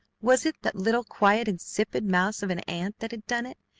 was it that little, quiet, insipid mouse of an aunt that had done it?